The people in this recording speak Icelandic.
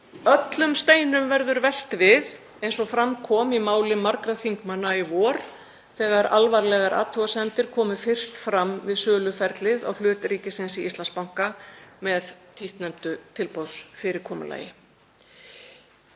Öllum steinum verður velt við, eins og kom fram í máli margra þingmanna í vor þegar alvarlegar athugasemdir komu fyrst fram við söluferli á hlut ríkisins í Íslandsbanka með títtnefndu tilboðsfyrirkomulagi.